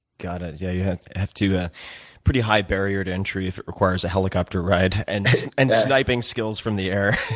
got it. yeah, you have have a pretty high barrier to entry if it requires a helicopter ride and and sniping skills from the air.